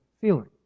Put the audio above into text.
feeling